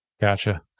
Gotcha